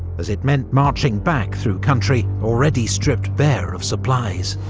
as it meant marching back through country already stripped bare of supplies.